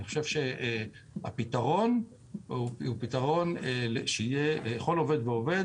אני חושב שהפתרון הוא פתרון שיהיה לכל עובד ועובד,